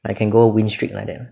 I can go win streak like them